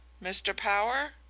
mr. power?